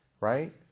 right